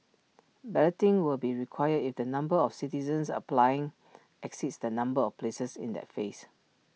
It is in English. balloting will be required if the number of citizens applying exceeds the number of places in that phase